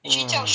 mm